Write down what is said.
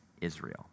Israel